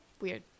Weird